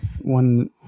One